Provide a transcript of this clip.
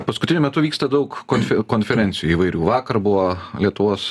paskutiniu metu vyksta daug konfi konferencijų įvairių vakar buvo lietuos